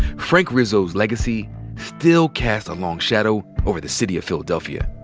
frank rizzo's legacy still casts a long shadow over the city of philadelphia,